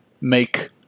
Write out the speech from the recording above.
make